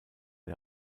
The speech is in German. der